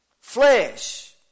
Flesh